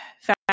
fashion